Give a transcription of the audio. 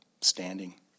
standing